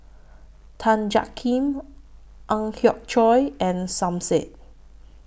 Tan Jiak Kim Ang Hiong Chiok and Som Said